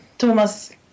Thomas